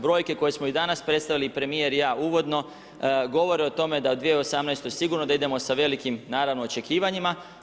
Brojke koje smo i danas predstavili i premijer i ja uvodno govori o tome da u 2018. sigurno da idemo sa velikim, naravno očekivanjima.